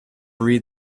read